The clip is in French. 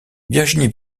virginie